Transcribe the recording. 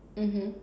mmhmm